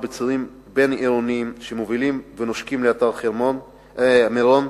בצירים הבין-עירוניים שמובילים ונושקים לאתר מירון,